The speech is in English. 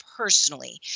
personally